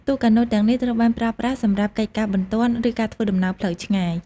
ទូកកាណូតទាំងនេះត្រូវបានប្រើប្រាស់សម្រាប់កិច្ចការបន្ទាន់ឬការធ្វើដំណើរផ្លូវឆ្ងាយ។